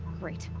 great.